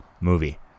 movie